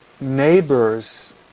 neighbors